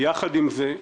יחד עם זה,